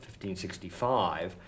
1565